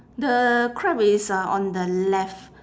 the crab is uh on the left